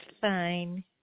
fine